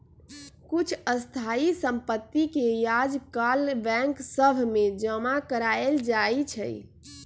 कुछ स्थाइ सम्पति के याजकाल बैंक सभ में जमा करायल जाइ छइ